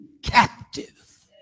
captive